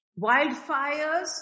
wildfires